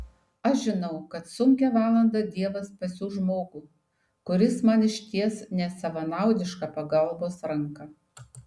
aš žinau kad sunkią valandą dievas pasiųs žmogų kuris man išties nesavanaudišką pagalbos ranką